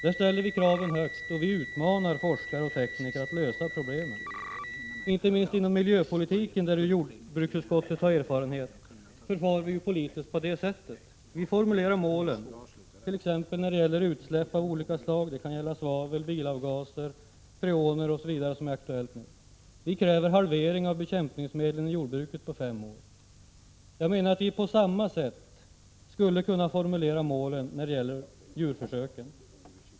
Där ställer vi kraven högt, och vi utmanar forskarna och teknikerna att lösa problemen. Inte minst inom miljöpolitiken, där ju jordbruksutskottet har erfarenhet, förfar vi politiskt på detta sätt. Vi formulerar målen t.ex. när det gäller utsläpp av olika slag. Det kan gälla svavel, bilavgaser, freoner osv. Vi kräver halvering av bekämpningsmedlen i jordbruket på fem år. Jag menar att vi på samma sätt skulle kunna formulera målen för djurförsöken.